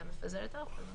אתה מפזר את האוכל.